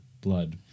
blood